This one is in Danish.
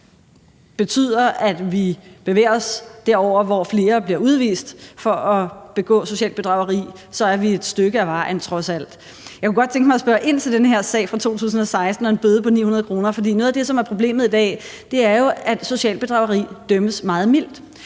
betyder, at vi bevæger os derover, hvor flere bliver udvist for at begå socialt bedrageri, så er vi et stykke ad vejen, trods alt. Jeg kunne godt tænke mig at spørge ind til den her sag fra 2016 og en bøde på 900 kr. For noget af det, som er problemet i dag, er jo, at socialt bedrageri dømmes meget mildt.